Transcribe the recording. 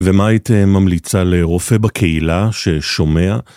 ומה היית ממליצה לרופא בקהילה ששומע?